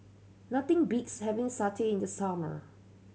nothing beats having satay in the summer